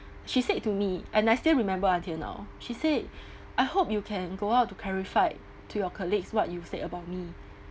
she said to me and I still remember until now she say I hope you can go out to clarify to your colleagues what you've said about me